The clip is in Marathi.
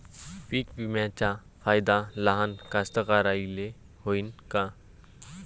पीक विम्याचा फायदा लहान कास्तकाराइले होईन का?